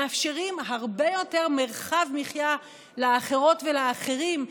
מאפשרים הרבה יותר מרחב מחיה לאחרות ולאחרים,